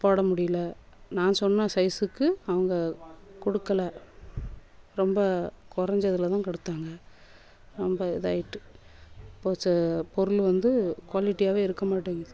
போட முடியல நான் சொன்ன சைசுக்கு அவங்க கொடுக்கல ரொம்ப குறஞ்சதுல தான் கொடுத்தாங்க ரொம்ப இதாயிட்டு ஃபர்ஸ்ட்டு பொருள் வந்து குவாலிட்டியாகவே இருக்க மாட்டேங்குது